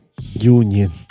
Union